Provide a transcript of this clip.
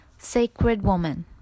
sacredwoman